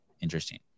interesting